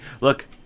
Look